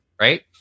right